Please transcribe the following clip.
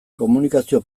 komunikazio